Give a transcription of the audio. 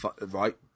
Right